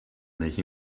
milch